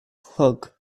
chlog